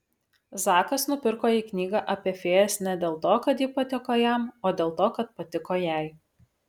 zakas nupirko jai knygą apie fėjas ne dėl to kad ji patiko jam o dėl to kad patiko jai